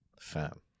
fam